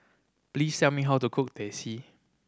please tell me how to cook Teh C